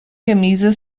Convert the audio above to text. camisa